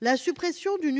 La suppression du